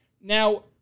Now